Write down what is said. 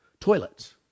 Toilets